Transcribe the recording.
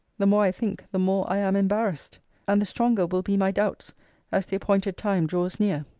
the more i think, the more i am embarrassed and the stronger will be my doubts as the appointed time draws near.